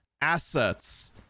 assets